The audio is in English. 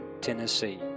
Tennessee